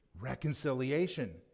reconciliation